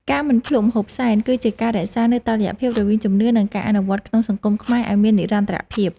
ការមិនភ្លក្សម្ហូបសែន គឺជាការរក្សានូវតុល្យភាពរវាងជំនឿ និងការអនុវត្តក្នុងសង្គមខ្មែរឱ្យមាននិរន្តរភាព។